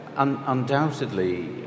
Undoubtedly